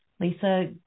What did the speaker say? Lisa